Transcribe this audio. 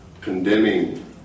condemning